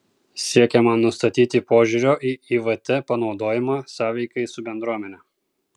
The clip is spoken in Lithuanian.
siekiama nustatyti požiūrio į ivt panaudojimą sąveikai su bendruomene